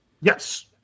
Yes